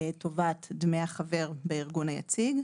לטובת דמי החבר בארגון היציג,